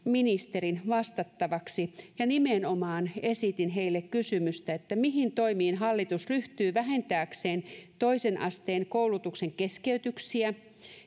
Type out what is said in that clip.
ministereiden vastattavaksi ja nimenomaan esitin heille kysymystä mihin toimiin hallitus ryhtyy vähentääkseen toisen asteen koulutuksen keskeytyksiä